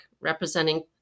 representing